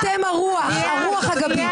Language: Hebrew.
אתם הרוח הגבית.